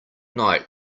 night